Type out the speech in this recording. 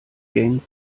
gang